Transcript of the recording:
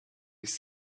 his